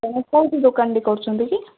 ଆଉ କେଉଁଠି ଦୋକାନଟି କରୁଛନ୍ତି କି